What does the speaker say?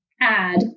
add